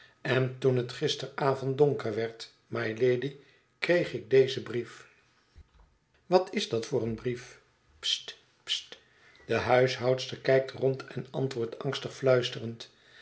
en toen het gisteravond donker werd mylady kreeg ik dezen brief wat is dat bede eenee oude dienares voor een brief st st de huishoudster kijkt rond en antwoordt angstig fluisterend